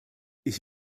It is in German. ich